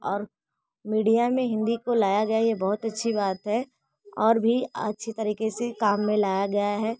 और मीडिया में हिन्दी को लाया गया है ये बहुत अच्छी बात है और भी अच्छी तरीके से काम में लाया गया है